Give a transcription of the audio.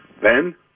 Ben